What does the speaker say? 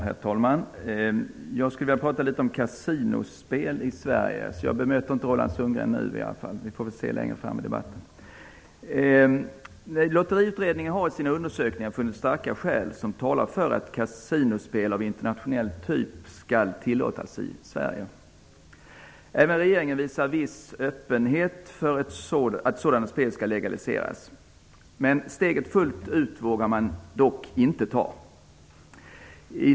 Herr talman! Jag skulle vilja tala om kasinospel i Sverige. Jag kommer inte att bemöta Roland Sundgren nu, utan det får bli längre fram i debatten. Lotteriutredningen har funnit starka skäl för att kasinospel av internationell typ skall tillåtas i Sverige. Även regeringen visar viss öppenhet för att sådant spel skall legaliseras. Men steget fullt ut vågar man inte ta.